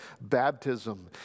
baptism